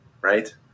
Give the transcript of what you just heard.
right